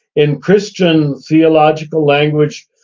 in christian theological language,